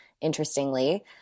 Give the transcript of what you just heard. Interestingly